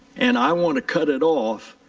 and i want to cut it off,